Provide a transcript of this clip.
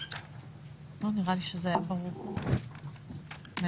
נראה לי שזה היה ברור מאוד.